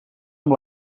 amb